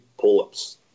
pull-ups